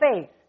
faith